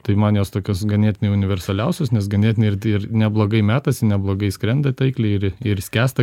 tai man jos tokios ganėtinai universaliausios nes ganėtinai arti ir neblogai metasi neblogai skrenda taikliai ir ir skęsta